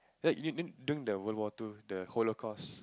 during the World War Two the holocaust